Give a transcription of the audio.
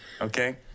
Okay